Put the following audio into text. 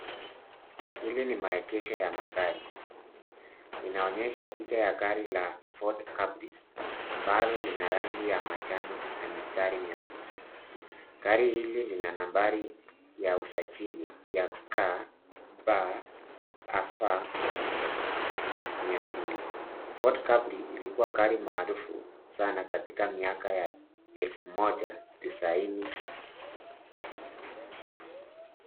Hili ni maegesho ya magari. Linaonyesha picha ya gari la Ford Capri ambalo lina rangi ya manjano na mistari meusi. Gari hili lina nambari ya usajili ya KPF 200 . Ford Capri ilikuwa gari marufu sana katika miaka ya 1900.